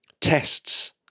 tests